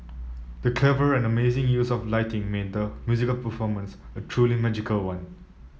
the clever and amazing use of lighting made the musical performance a truly magical one